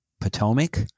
Potomac